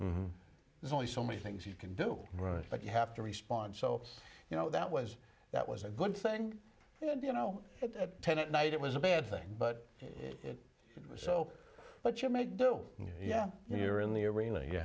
answer there's only so many things you can do right but you have to respond so you know that was that was a good thing and you know night it was a bad thing but it was so but you may go yeah you're in the arena you